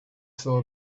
saw